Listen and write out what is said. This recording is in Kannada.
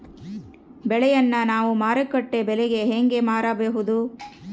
ಬೆಳೆಯನ್ನ ನಾವು ಮಾರುಕಟ್ಟೆ ಬೆಲೆಗೆ ಹೆಂಗೆ ಮಾರಬಹುದು?